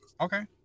Okay